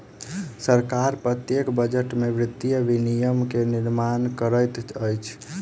सरकार प्रत्येक बजट में वित्तीय विनियम के निर्माण करैत अछि